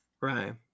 Right